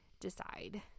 decide